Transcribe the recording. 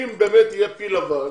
אם יהיה פיל לבן